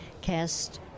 cast